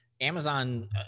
Amazon